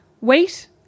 Wait